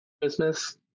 Christmas